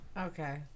Okay